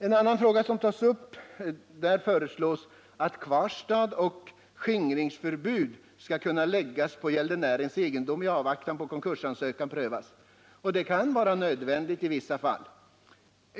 I propositionen föreslås vidare att kvarstad eller skingringsförbud skall kunna läggas på gäldenärens egendom i avvaktan på att konkursansökan prövas. Detta kan vara nödvändigt i vissa fall.